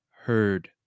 heard